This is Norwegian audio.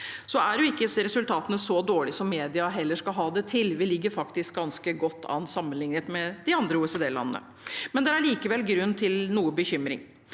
er heller ikke så dårlige som media skal ha det til; vi ligger faktisk ganske godt an sammenliknet med de andre OECD-landene. Det er likevel grunn til noe bekymring.